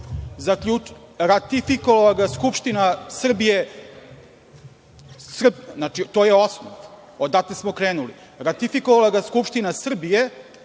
sastavu. Ratifikovala Skupština Srbije, to je osnov, odatle smo krenuli. Ratifikovala ga Skupština Srbije